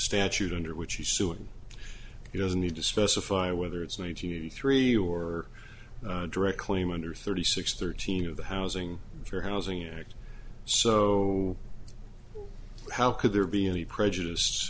statute under which he suing he doesn't need to specify whether it's ninety three or direct claim under thirty six thirteen of the housing for housing act so how could there be any prejudice